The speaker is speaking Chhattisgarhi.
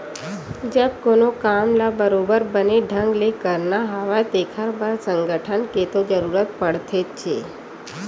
जब कोनो काम ल बरोबर बने ढंग ले करना हवय तेखर बर संगठन के तो जरुरत पड़थेचे